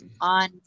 on